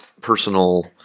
personal –